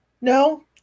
No